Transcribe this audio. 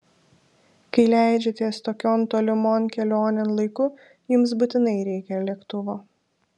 kai leidžiatės tokion tolimon kelionėn laiku jums būtinai reikia lėktuvo